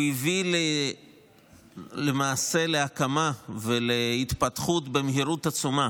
הוא הביא להקמה ולהתפתחות במהירות עצומה